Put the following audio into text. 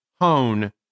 hone